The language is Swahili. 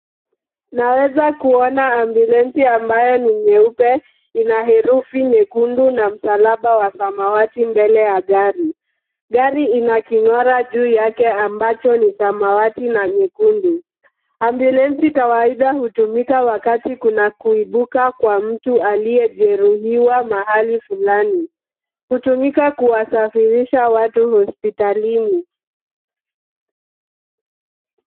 Naweza kuona ambulance ambayo ni nyeupe ina herufi nyekundu na msalaba wa samawati mbele ya gari. Gari ina king'ora juu yake ambacho ni samawati na nyekundu, Ambulance kawaida hutumika wakati kuna kuibuka kwa mtu aliyejeruhiwa mahali fulani. Hutumika kuwasafirisha watu hospitalini.